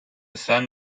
son